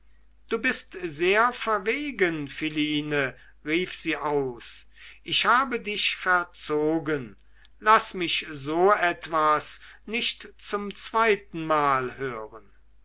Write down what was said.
du bist sehr verwegen philine rief sie aus ich habe dich verzogen laß mich so etwas nicht zum zweiten mal hören